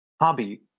hobby